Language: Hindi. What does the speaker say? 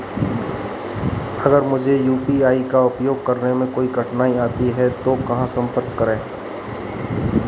अगर मुझे यू.पी.आई का उपयोग करने में कोई कठिनाई आती है तो कहां संपर्क करें?